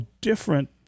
different